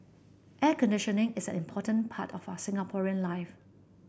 air conditioning is an important part of our Singaporean life